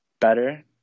better